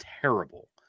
terrible